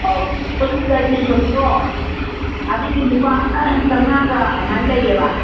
ꯑꯣ ꯄꯣꯂꯤꯁꯇꯔꯒꯤ ꯁꯨꯠꯇꯣ ꯑꯗꯨꯗꯤ ꯂꯨꯄꯥ ꯆꯥꯝꯃꯉꯥꯒ ꯑꯃꯥꯏꯅ ꯂꯩꯌꯦꯕ